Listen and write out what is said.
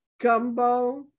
gumbo